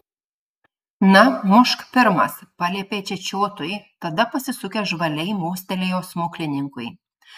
na mušk pirmas paliepė čečiotui tada pasisukęs žvaliai mostelėjo smuklininkui